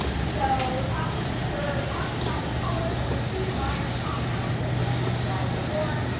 so, we're talking we're talking about the colors of the two iron compounds that we had described before.